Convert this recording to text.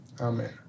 Amen